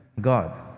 God